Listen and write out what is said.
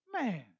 Man